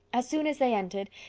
as soon as they entered,